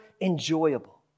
enjoyable